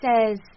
says